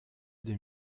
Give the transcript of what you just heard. des